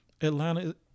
Atlanta